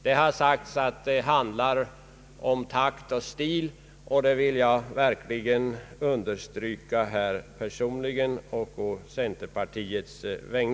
Det har här sagts att det handlar om takt och stil, och detta vill jag verkligen understryka både personligen och å centerpartiets vägnar.